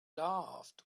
laughed